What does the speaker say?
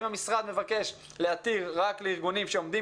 אם המשרד מבקש להתיר רק לארגונים שעומדים